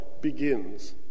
begins